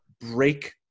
break